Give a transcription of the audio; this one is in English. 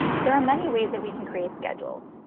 there are many ways that we can create schedules.